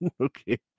Okay